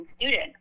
student